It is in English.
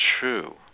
true